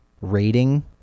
rating